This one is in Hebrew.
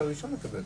לפני